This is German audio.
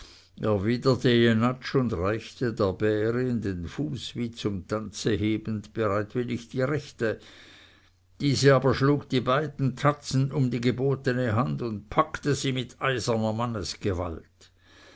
und reichte der bärin den fuß wie zum tanze hebend bereitwillig die rechte diese aber schlug die beiden tatzen um die gebotene hand und packte sie mit eiserner